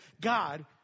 God